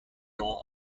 door